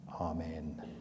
Amen